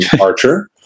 Archer